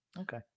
Okay